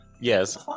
yes